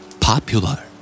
Popular